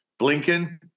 Blinken